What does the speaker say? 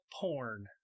porn